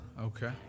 Okay